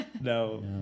No